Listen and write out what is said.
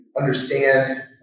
understand